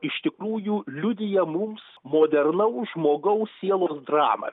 iš tikrųjų liudija mums modernaus žmogaus sielos dramą